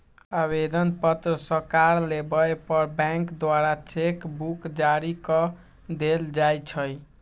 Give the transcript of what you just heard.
आवेदन पत्र सकार लेबय पर बैंक द्वारा चेक बुक जारी कऽ देल जाइ छइ